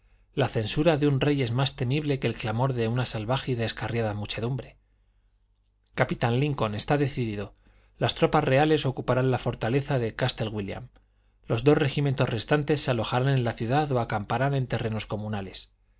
la censura de un rey es más terrible que el clamor de una salvaje y descarriada muchedumbre capitán lincoln está decidido las tropas reales ocuparán la fortaleza de castle wílliam los dos regimientos restantes se alojarán en la ciudad o acamparán en terrenos comunales